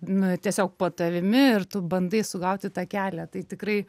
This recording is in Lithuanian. nu tiesiog po tavimi ir tu bandai sugauti tą kelią tai tikrai